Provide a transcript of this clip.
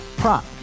Prop